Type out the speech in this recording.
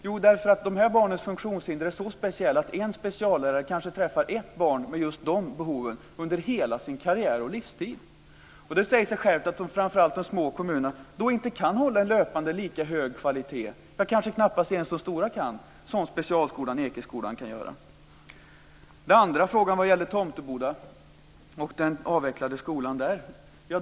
Jo, därför att de här barnens funktionshinder är så speciella att en speciallärare kanske träffar ett enda barn med just en viss typ av behov under hela sin karriär och livstid. Det säger sig självt att framför allt de små kommunerna då löpande inte kan hålla lika hög kvalitet. Kanske kan knappast ens de stora kommunerna klara det som specialskolan Ekeskolan klarar. Den andra frågan gäller den avvecklade skolan på Tomteboda.